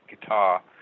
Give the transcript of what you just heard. guitar